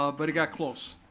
um but it got close.